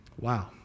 Wow